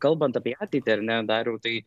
kalbant apie ateitį ar ne dariau tai